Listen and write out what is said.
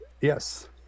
Yes